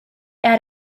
add